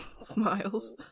smiles